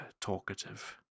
talkative